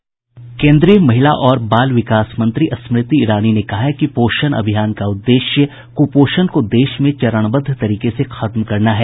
केन्द्रीय महिला और बाल विकास मंत्री स्मृति ईरानी ने कहा है कि पोषण अभियान का उद्देश्य कुपोषण को देश में चरणबद्ध तरीके से खत्म करना है